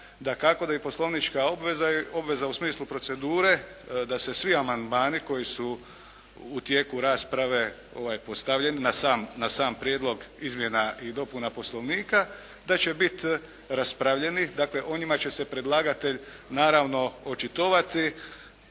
Dakako da i poslovnička obveza u smislu procedure da se svi amandmani koji su u tijeku rasprave postavljeni na sam prijedlog izmjena i dopuna poslovnika da će biti raspravljeni, dakle o njima će se predlagatelj naravno očitovati.